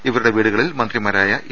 ഇവരുടെ വീടുകളിൽ മന്ത്രിമാരായ എ